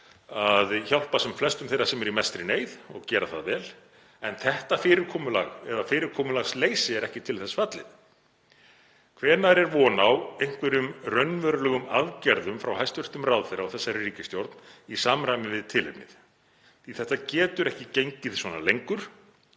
að hjálpa sem flestum þeirra sem eru í mestri neyð og gera það vel en þetta fyrirkomulag, eða fyrirkomulagsleysi, er ekki til þess fallið. Hvenær er von á einhverjum raunverulegum aðgerðum frá hæstv. ráðherra og þessari ríkisstjórn í samræmi við tilefnið? Þetta getur ekki gengið svona lengur.